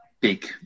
big